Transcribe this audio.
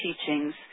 teachings